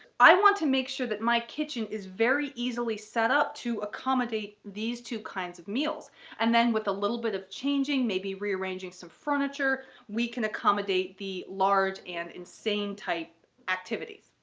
i want to make sure that my kitchen is very easily set up to accommodate these two kinds of meals and then with a little bit of changing, maybe rearranging some furniture, we can accommodate the large and insane type activities.